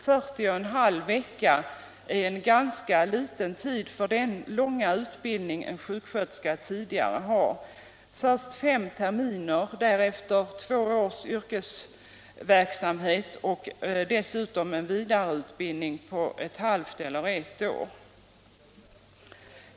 40,5 veckor är en ganska liten tid, med den långa utbildning en sjuksköterska tidigare har: först fem terminer, därefter två års yrkesverksamhet och dessutom en vidareutbildning på ett halvt eller ett år.